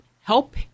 help